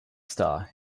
star